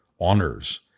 honors